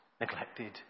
neglected